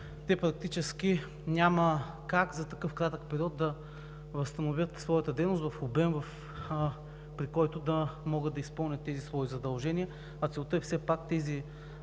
те практически няма как за такъв кратък период да възстановят своята дейност в обем, при който да могат да изпълнят тези свои задължения. Целта е все пак тези